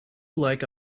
like